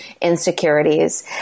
insecurities